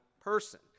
person